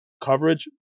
coverage